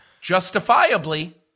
justifiably